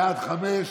בעד, חמישה,